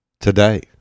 today